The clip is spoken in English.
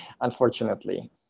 unfortunately